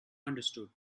understood